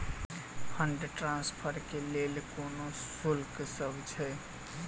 Fund transfer केँ लेल कोनो शुल्कसभ छै?